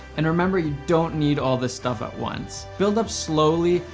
and remember, you don't need all this stuff at once. build up slowly,